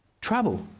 trouble